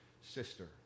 sister